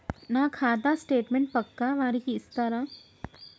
నా ఖాతా స్టేట్మెంట్ పక్కా వారికి ఇస్తరా?